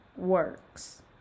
works